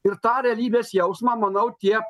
ir tą realybės jausmą manau tie